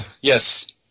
yes